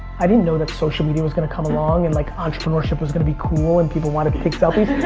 i didn't know that social media was gonna come along and like entrepreneurship was gonna be cool and people wanted to take selfies.